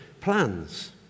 plans